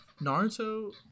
Naruto